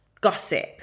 gossip